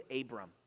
Abram